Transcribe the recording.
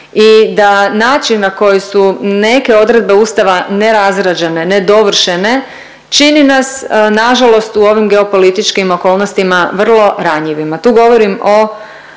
i da način na koji su neke odredbe Ustava nerazrađene, nedovršene čini nas nažalost u ovim geopolitičkim okolnostima vrlo ranjivima.